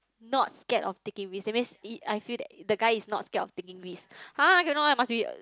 not scared of taking risk that means I feel that the guy is not scared of taking risk !huh! I cannot eh must be